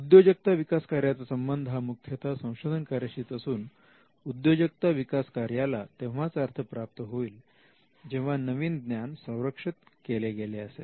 उद्योजकता विकास कार्याचा संबंध हा मुख्यता संशोधन कार्याशीच असून उद्योजकता विकास कार्याला तेव्हाच अर्थ प्राप्त होईल जेव्हा नवीन ज्ञान संरक्षित केले गेले असेल